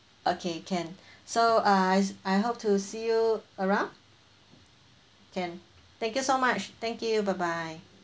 okay can so I s~ I hope to see you around can thank you so much thank you bye bye